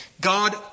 God